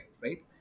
right